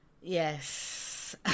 Yes